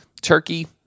turkey